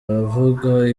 abavuga